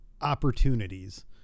opportunities